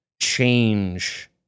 change